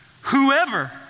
Whoever